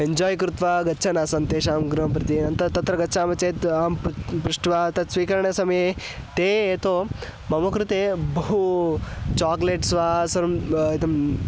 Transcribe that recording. enjoy कृत्वा गच्छन् आसन् तेषां गृहं प्रति अनन्तरं तत्र गच्छामः चेत् अहं पृ पृष्ठ्वा तत् स्वीकरणसमये ते यतः मम कृते बहु चाक्लेट्स् वा सर्वं इदम्